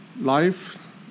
Life